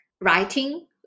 writing